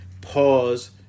Pause